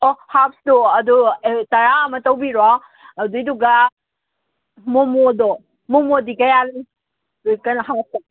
ꯑꯣ ꯍꯥꯐꯇꯣ ꯑꯗꯨ ꯇꯔꯥꯃ ꯇꯧꯕꯤꯔꯣ ꯑꯗꯨꯏꯗꯨꯒ ꯃꯣꯃꯣꯗꯣ ꯃꯣꯃꯣꯗꯤ ꯀꯌꯥ ꯂꯩ ꯀꯩꯅꯣ ꯍꯥꯐꯇ